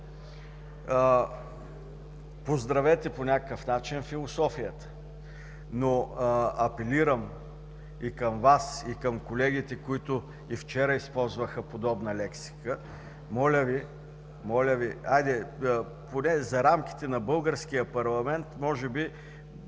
Поздравете по някакъв начин философията. Апелирам и към Вас, и към колегите, които и вчера използваха подобна лексика – моля Ви, хайде, поне за рамките на българския парламент може би